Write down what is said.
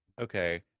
Okay